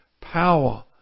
Power